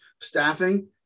staffing